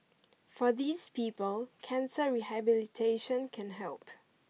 for these people cancer rehabilitation can help